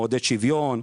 מעודד שוויון.